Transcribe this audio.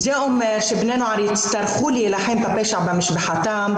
זה אומר שבני נוער יצטרכו להילחם בפשע במשפחתם,